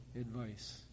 advice